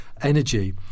energy